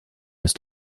ist